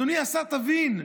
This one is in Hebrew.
אדוני השר, תבין,